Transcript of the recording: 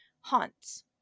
haunts